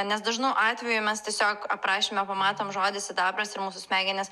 nes dažnu atveju mes tiesiog aprašyme pamatom žodį sidabras ir mūsų smegenys